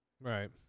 Right